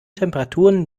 temperaturen